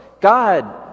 God